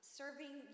serving